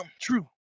true